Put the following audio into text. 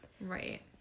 Right